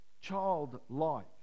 childlike